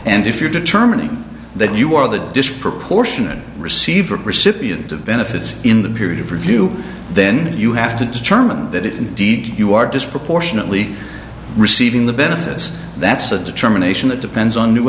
and if you're determining that you are the disproportionate receiver recipient of benefits in the period of review then you have to determine that indeed you are disproportionately receiving the benefits that's a determination that depends on new